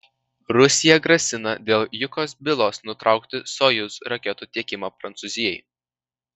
rusija grasina dėl jukos bylos nutraukti sojuz raketų tiekimą prancūzijai